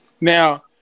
Now